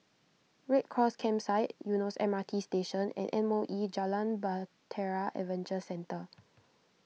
Red Cross Campsite Eunos M R T Station and M O E Jalan Bahtera Adventure Centre